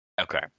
okay